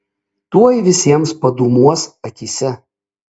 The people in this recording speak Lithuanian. tuoj visiems padūmuos akyse